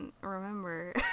remember